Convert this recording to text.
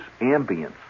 ambience